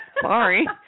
sorry